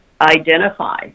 identify